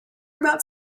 about